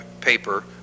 paper